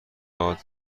داد